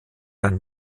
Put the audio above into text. ein